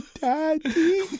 daddy